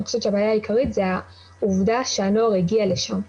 אני חושבת שהבעיה העיקרית זה העובדה שהנוער הגיע לשם.